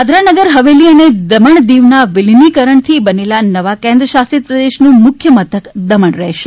દાદરા નગર હવેલી અને દમણ દીવના વિલીનીકરણથી બનેલા નવા કેન્દ્ર શાસિત પ્રદેશનું મુખ્ય મથક દમણ રહેશે